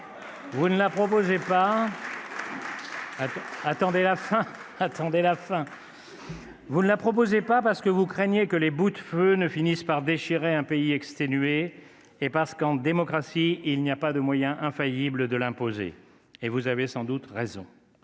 monsieur le ministre, parce que vous craignez que les boutefeux ne finissent par déchirer un pays exténué et parce qu'en démocratie il n'y a pas de moyen infaillible de l'imposer ; vous avez sans doute raison.